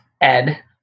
Ed